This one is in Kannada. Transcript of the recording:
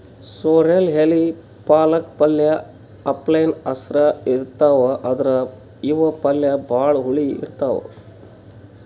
ಸೊರ್ರೆಲ್ ಎಲಿ ಪಾಲಕ್ ಪಲ್ಯ ಅಪ್ಲೆನೇ ಹಸ್ರ್ ಇರ್ತವ್ ಆದ್ರ್ ಇವ್ ಪಲ್ಯ ಭಾಳ್ ಹುಳಿ ಇರ್ತವ್